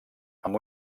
amb